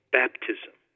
baptism